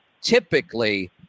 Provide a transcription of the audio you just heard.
typically